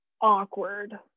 awkward